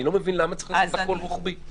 למה צריך לעשות הכול רוחבי,